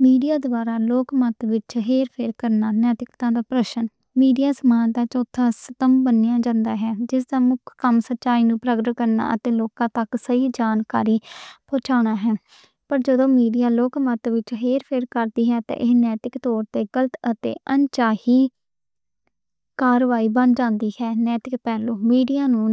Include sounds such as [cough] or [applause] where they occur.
میڈیا دے ذریعے لوک مت وچ فیک کرنا نیتک پرشن ہے۔ میڈیا نوں سچ دا چوتھا ستون منیا جاندا ہے۔ جس دا مکّ مقصد سچائی نوں اُجاگر کرنا اتے لوکاں تک صحیح جانکاری پہنچانا ہے۔ جے میڈیا لوک مت وچ فیک کر دی ہے، تاں ایہ نیتک طور تے اَن چاهی [hesitation] کاروائی بن جاندا ہے۔ نیتک پہلو ایہ کہندا ہے کہ میڈیا نوں